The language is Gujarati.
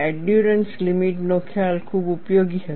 એંડયૂરન્સ લિમિટ નો ખ્યાલ ખૂબ ઉપયોગી હતો